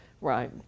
right